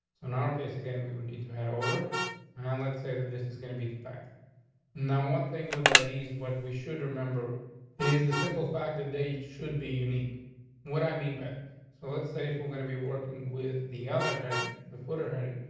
so in our case again, we would need to head over on and let's say that this is gonna be the time now one thing with ideas, what we should remember he is the simple fact that they should be unique what i mean by that. so let's say if we're gonna be working with the other heading the foot or hurting,